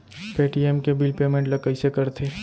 Paytm के bill payment ल कइसे करथे?